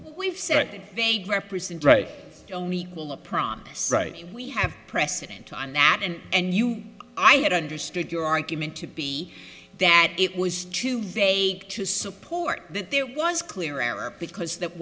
we've said they represent right you'll meet a promise right we have precedent on that and you i had understood your argument to be that it was too vague to support that there was clear our because that